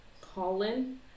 Colin